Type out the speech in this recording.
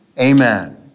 Amen